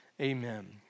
Amen